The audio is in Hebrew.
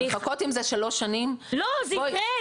לחכות עם זה שלוש שנים --- לא, זה יקרה.